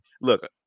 Look